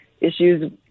issues